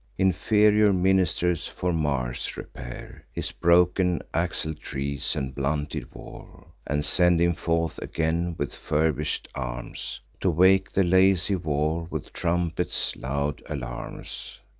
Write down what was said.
inferior ministers, for mars, repair his broken axletrees and blunted war, and send him forth again with furbish'd arms, to wake the lazy war with trumpets' loud alarms.